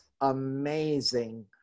amazing